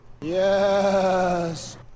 Yes